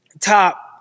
top